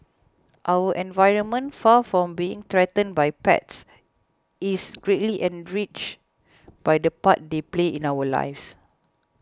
our environment far from being threatened by pets is greatly enriched by the part they play in our lives